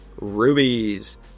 rubies